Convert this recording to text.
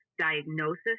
diagnosis